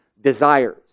desires